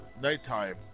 nighttime